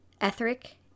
etheric